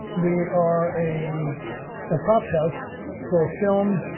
we are a and props house for film,